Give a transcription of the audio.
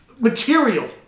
Material